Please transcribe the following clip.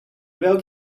welk